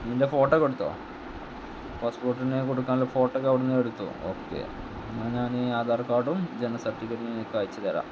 ഇതിൻ്റെ ഫോട്ടോ ഒക്കെയെടുത്തോ പാസ്പോർട്ടിന് കൊടുക്കാനുള്ള ഫോട്ടോ ഒക്കെ അവിടെ നിന്ന് എടുത്തോ ഓക്കെ എന്നാൽ ഞാൻ ആധാർ കാർഡും ജനന സർട്ടിഫിക്കറ്റും നിങ്ങൾക്കയച്ചു തരാം